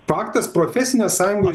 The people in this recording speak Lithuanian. faktas profesinės sąjungos